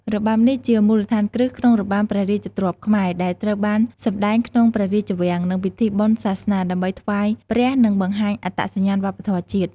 របាំនេះជាមូលដ្ឋានគ្រឹះក្នុងរបាំព្រះរាជទ្រព្យខ្មែរ ដែលត្រូវបានសម្តែងក្នុងព្រះរាជវាំង និងពិធីបុណ្យសាសនា ដើម្បីថ្វាយព្រះ និងបង្ហាញអត្តសញ្ញាណវប្បធម៌ជាតិ។